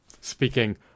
speaking